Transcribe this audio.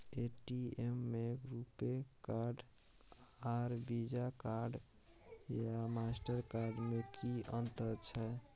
ATM में RuPay card आर visa card या मास्टर कार्ड में कि अतंर छै?